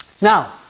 now